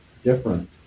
different